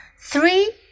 Three